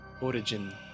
origin